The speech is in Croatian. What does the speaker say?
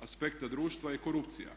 aspekta društva je korupcija.